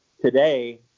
today